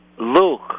look